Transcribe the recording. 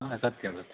हा सत्यं सत्यम्